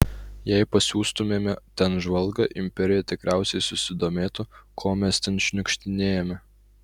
jei pasiųstumėme ten žvalgą imperija tikriausiai susidomėtų ko mes ten šniukštinėjame